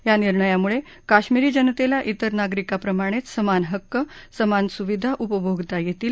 या निर्णयामुळे काश्मिरी जनतेला इतर नागरिकांप्रमाणेच समान हक्क समान सुविधा उपभोगता येतील